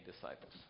disciples